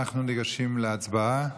אנחנו ניגשים להצבעה.